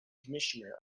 commissioner